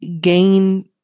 gain